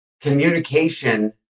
communication